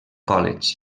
college